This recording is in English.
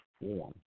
form